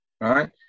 right